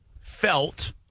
felt